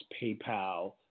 PayPal